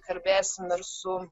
kalbėsim ir su